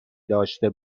داشته